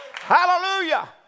Hallelujah